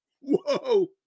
Whoa